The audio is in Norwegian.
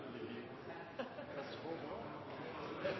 ligger